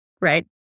right